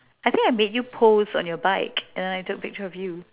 I think I made you pose on your bike and I took a picture of you